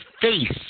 face